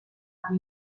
amb